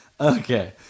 Okay